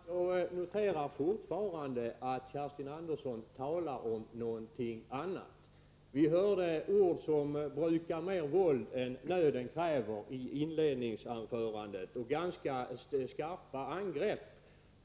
Herr talman! Jag noterar fortfarande att Kerstin Andersson talar om något annat. Vi hörde ord som ”brukar mer våld än nöden kräver” i inledningsanförandet och ganska skarpa angrepp